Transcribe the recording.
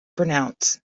pronounce